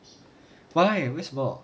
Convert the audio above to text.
why 为什么